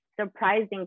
surprising